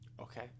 Okay